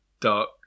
dark